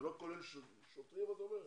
זה לא כולל שוטרים, את אומרת?